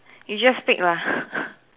you just pick lah